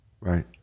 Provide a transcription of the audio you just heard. Right